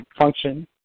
function